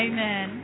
Amen